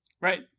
Right